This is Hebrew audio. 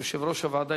יושב-ראש הוועדה,